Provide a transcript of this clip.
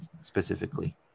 specifically